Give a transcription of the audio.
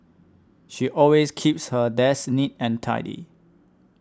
she always keeps her desk neat and tidy